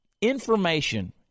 information